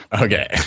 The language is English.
Okay